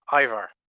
Ivar